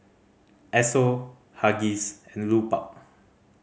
Esso Huggies and Lupark